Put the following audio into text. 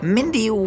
Mindy